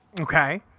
Okay